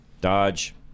Dodge